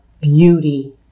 beauty